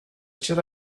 should